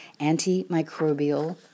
antimicrobial